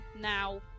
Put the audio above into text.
now